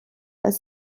als